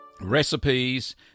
recipes